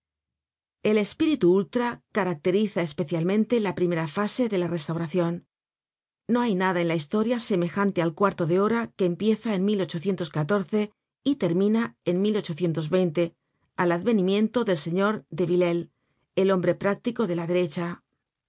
el espíritu ultra caracteriza especialmente la primera fase de la restauracion no hay nada en la historia semejante al cuarto de hora que empieza en y termina en al advenimiento del señor de villéle el hombre práctico de la derecha